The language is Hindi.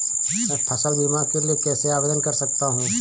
मैं फसल बीमा के लिए कैसे आवेदन कर सकता हूँ?